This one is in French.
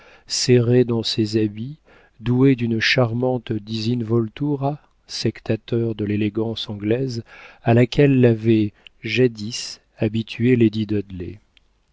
serré dans ses habits doué d'une charmante disinvoltura sectateur de l'élégance anglaise à laquelle l'avait jadis habitué